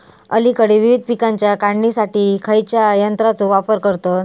अलीकडे विविध पीकांच्या काढणीसाठी खयाच्या यंत्राचो वापर करतत?